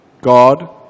God